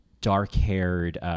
dark-haired